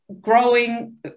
growing